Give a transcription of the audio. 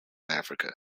africa